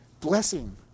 blessing